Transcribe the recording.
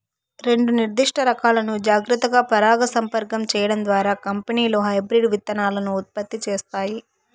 రెండు నిర్దిష్ట రకాలను జాగ్రత్తగా పరాగసంపర్కం చేయడం ద్వారా కంపెనీలు హైబ్రిడ్ విత్తనాలను ఉత్పత్తి చేస్తాయి